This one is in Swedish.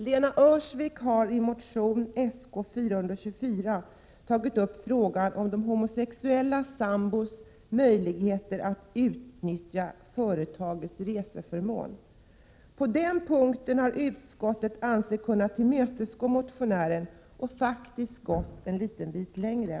Lena Öhrsvik har i motion Sk424 tagit upp frågan om homosexuella sambors möjligheter att utnyttja företagets reseförmån. På den punkten har utskottet ansett sig kunna tillmötesgå motionären och faktiskt gått en liten bit längre.